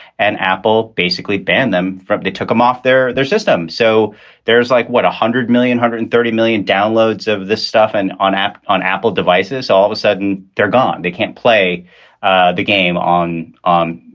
and apple basically banned them from they took them off their their system. so there's like, what, one hundred million hundred and thirty million downloads of this stuff and on app, on apple devices, all of a sudden they're gone. they can't play the game on, um